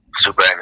Super